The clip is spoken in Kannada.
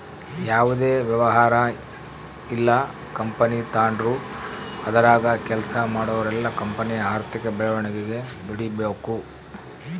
ಯಾವುದೇ ವ್ಯವಹಾರ ಇಲ್ಲ ಕಂಪನಿ ತಾಂಡ್ರು ಅದರಾಗ ಕೆಲ್ಸ ಮಾಡೋರೆಲ್ಲ ಕಂಪನಿಯ ಆರ್ಥಿಕ ಬೆಳವಣಿಗೆಗೆ ದುಡಿಬಕು